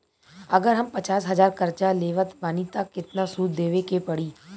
अगर हम पचास हज़ार कर्जा लेवत बानी त केतना सूद देवे के पड़ी?